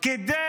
כדי